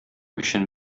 өчен